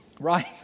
Right